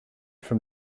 from